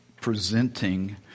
presenting